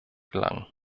gelangen